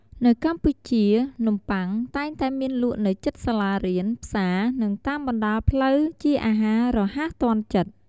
នៅកម្ពុជា នំបុ័ង តែងតែមានលក់នៅជិតសាលារៀន ផ្សារ និងតាមបណ្តាលផ្លូវជាអាហាររហ័សទាន់ចិត្ត។